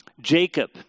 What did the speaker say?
Jacob